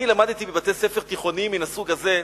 אני למדתי בבתי-ספר תיכוניים מן הסוג הזה,